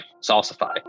Salsify